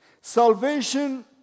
Salvation